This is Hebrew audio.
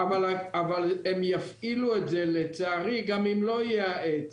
הם יפעילו את זה לצערי גם אם לא יהיה העץ.